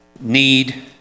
need